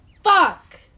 fuck